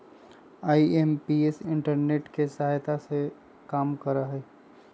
IMPS internet के सहायता से काम करा हई